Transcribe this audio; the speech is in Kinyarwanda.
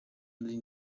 ari